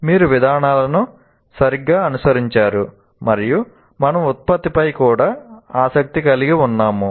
మీరు విధానాలను సరిగ్గా అనుసరించారు మరియు మనము ఉత్పత్తిపై కూడా ఆసక్తి కలిగి ఉన్నాము